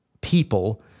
people